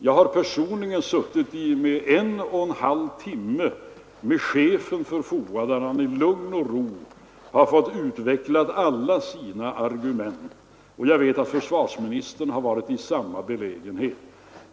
Jag har personligen suttit i en och en halv timme med chefen för FOA, då han i lugn och ro har fått utveckla alla sina argument, och jag vet att försvarsministern har varit i samma belägenhet.